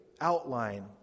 outline